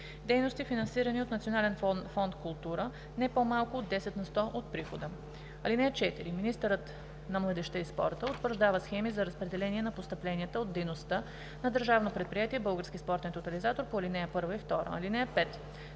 дейности, финансирани от Национален фонд „Култура“ – не по-малко от 10 на сто от прихода. (4) Министърът на младежта и спорта утвърждава схеми за разпределение на постъпленията от дейността на Държавно предприятие